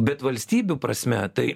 bet valstybių prasme tai